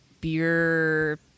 beer